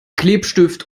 klebestift